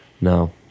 No